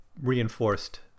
reinforced